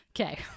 Okay